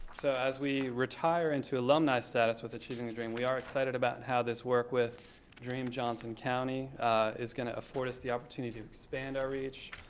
so as we retire into alumni status with achieving the dream, we are excited about how this work with dream johnson county is going to afford us the opportunity to expand our reach,